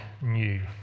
new